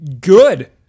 good